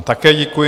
Také děkuji.